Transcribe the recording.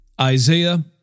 Isaiah